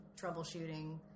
troubleshooting